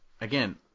again